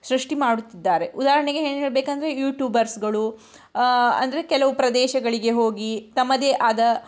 ಸೃಷ್ಟಿ ಮಾಡುತ್ತಿದ್ದಾರೆ ಉದಾಹರಣೆಗೆ ಏನು ಹೇಳಬೇಕಂದ್ರೆ ಯೂಟ್ಯೂಬರ್ಸ್ಗಳು ಅಂದರೆ ಕೆಲವು ಪ್ರದೇಶಗಳಿಗೆ ಹೋಗಿ ತಮ್ಮದೇ ಆದ